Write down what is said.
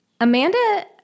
Amanda